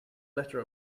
letter